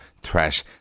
Threat